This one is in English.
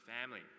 family